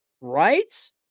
Right